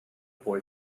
boy